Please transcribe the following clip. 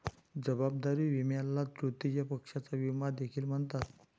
जबाबदारी विम्याला तृतीय पक्षाचा विमा देखील म्हणतात